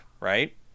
right